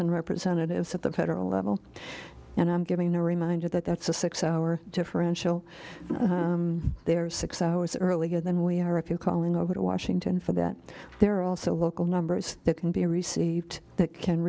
and representatives at the federal level and i'm getting a reminder that that's a six hour differential there six hours earlier than we are if you're calling over to washington for that there are also local numbers that can be received that can